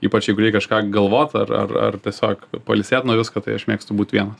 ypač kažką galvot ar ar ar tiesiog pailsėt nuo visko tai aš mėgstu būt vienas